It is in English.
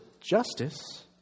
justice